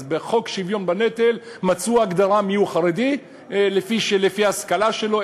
אז בחוק שוויון בנטל מצאו הגדרה מיהו חרדי: לפי ההשכלה שלו,